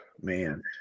man